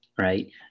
right